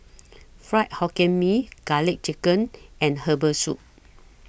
Fried Hokkien Mee Garlic Chicken and Herbal Soup